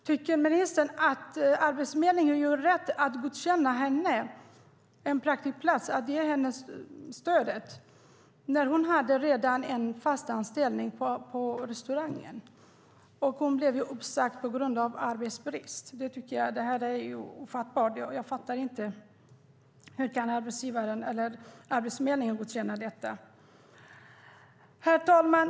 Tycker ministern att Arbetsförmedlingen gjorde rätt i att godkänna hennes praktikplats och ge henne det stödet när hon redan hade en fast anställning på restaurangen som hon blev uppsagd från på grund av arbetsbrist? Jag tycker att det är ofattbart att Arbetsförmedlingen kan godkänna detta. Herr talman!